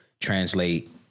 translate